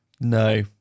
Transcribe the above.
No